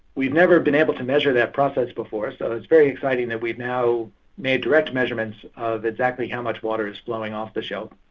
we've never been able to measure that process before, so but it's very exciting that we've now made direct measurements of exactly how much water is flowing off the shelf,